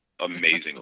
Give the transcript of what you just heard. Amazingly